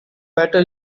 better